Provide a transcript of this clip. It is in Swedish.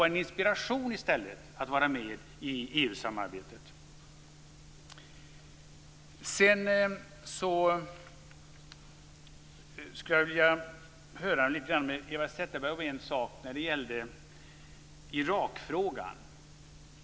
Därför borde det i stället utgöra en inspiration att vi är med i EU-samarbetet.